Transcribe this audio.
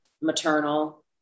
maternal